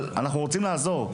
אנחנו רוצים לעזור.